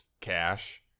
cash